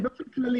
באופן כללי.